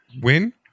win